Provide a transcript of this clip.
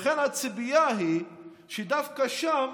לכן, הציפייה היא שדווקא שם